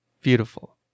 beautiful